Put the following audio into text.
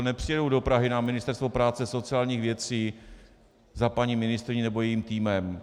Nepřijedou do Prahy na Ministerstvo práce a sociálních věcí za paní ministryní nebo jejím týmem.